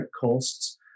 costs